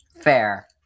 fair